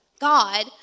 God